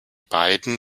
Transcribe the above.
beiden